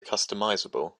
customizable